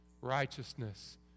righteousness